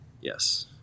Yes